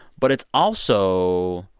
but it's also,